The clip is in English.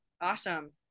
Awesome